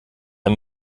ein